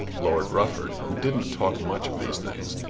lord rufford, who didn't talk much of these things,